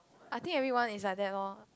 I think everyone is like that loh